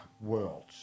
worlds